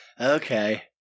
Okay